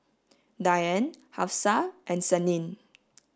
Dian Hafsa and Senin